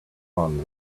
one